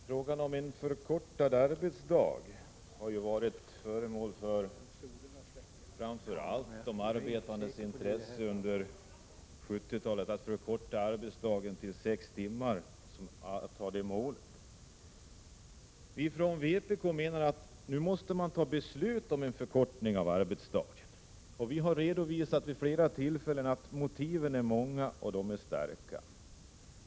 Herr talman! Frågan om en förkortad arbetsdag har varit föremål för framför allt de arbetandes intresse under 1970-talet. Målet har varit att förkorta arbetsdagen till sex timmar. Vi från vpk anser att det nu måste fattas beslut om förkortning av arbetsdagen, och vi har vid flera tillfällen redovisat att motiven är många och starka.